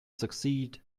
succeed